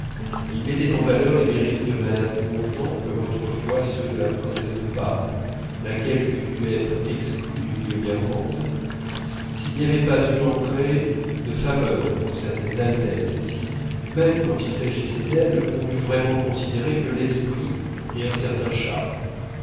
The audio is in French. il mettait en valeur les mérites de mme bontemps comme autrefois ceux de la princesse de parme laquelle eût dû être exclue du milieu guermantes s'il n'y avait pas eu entrée de faveur pour certaines altesses et si même quand il s'agissait d'elles on n'eût vraiment considéré que l'esprit et un certain charme